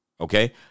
Okay